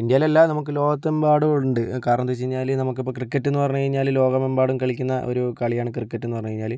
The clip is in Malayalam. ഇന്ത്യയിലല്ല നമുക്ക് ലോകത്തെമ്പാടും ഉണ്ട് കാരണം എന്താണെന്ന് വച്ചു കഴിഞ്ഞാൽ നമുക്കിപ്പോൾ ക്രിക്കറ്റെന്ന് പറഞ്ഞു കഴിഞ്ഞാൽ ലോകമെമ്പാടും കളിക്കുന്ന ഒരു കളിയാണ് ക്രിക്കറ്റെന്ന് പറഞ്ഞു കഴിഞ്ഞാൽ